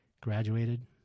graduated